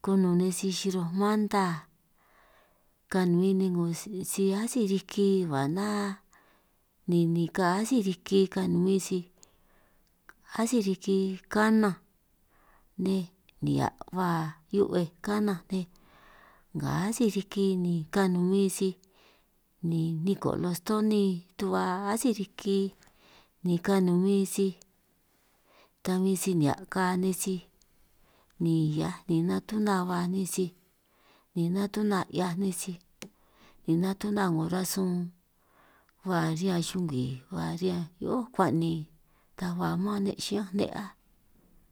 kunun nej sij xiroj manta, kanumin nej 'ngo si si atsíj riki ba a ná nini ka atsíj riki kanumin sij, atsíj riki kananj nej nihia' ba hiubej kananj nej nga atsíj riki ni kanumin sij, ni niko' lostoni tu'ba atsíj riki ni kanumin sij ta bin si nihia' ka nej sij, ni hiaj ni natuna ba nej sij ni natuna 'hiaj nej sij ni natuna 'ngo rasun ba riñan xungwi ba riñan hio'ó akuan ni, ta ba man ne' xiñán ne' áj.